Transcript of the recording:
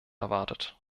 erwartet